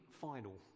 final